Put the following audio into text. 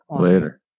Later